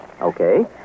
Okay